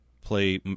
play